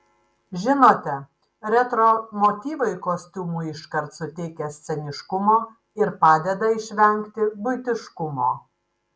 žinote retro motyvai kostiumui iškart suteikia sceniškumo ir padeda išvengti buitiškumo